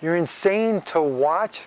you're insane to watch